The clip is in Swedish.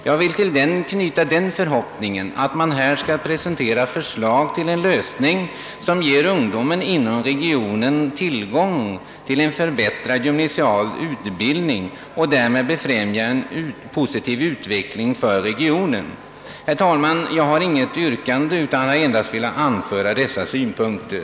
Jag vill till den utredningen knyta förhoppningen att den skall kunna presentera förslag till lösning, som ger ungdomen inom regionen tillgång till en förbättrad gymnasial utbildning och därmed befrämja en positiv utveckling för regionen. Herr talman! Jag har inget yrkande utan har endast velat anföra dessa synpunkter.